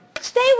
Stay